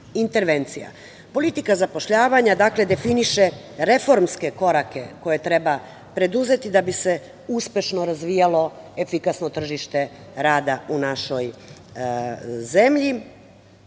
zapošljavanja, dakle, definiše reformske korake koje treba preduzeti da bi se uspešno razvijalo efikasno tržište rada u našoj zemlji